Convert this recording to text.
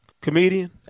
comedian